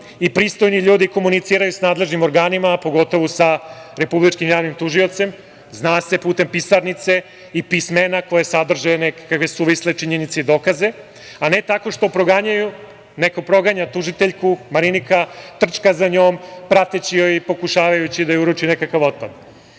i pristojni ljudi komuniciraju sa nadležnim organima, a pogotovo sa Republičkim javnim tužiocem. Zna se – putem pisarnice i pismena koja sadrže nekakve suvisle činjenice i dokaze, a ne tako što proganjaju tužiteljku. Marinika trčka za njom, prateći je i pokušavajući da joj uruči nekakav